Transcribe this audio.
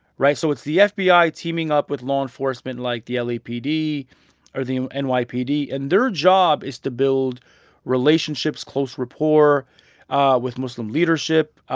right? so it's the fbi teaming up with law enforcement like the lapd or the and nypd. and their job is to build relationships, close rapport ah with muslim leadership,